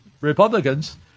Republicans